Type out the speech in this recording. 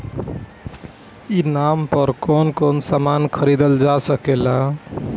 ई नाम पर कौन कौन समान खरीदल जा सकेला?